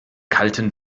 kalten